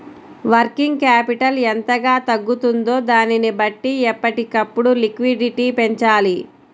working capital ఎంతగా తగ్గుతుందో దానిని బట్టి ఎప్పటికప్పుడు లిక్విడిటీ పెంచాలి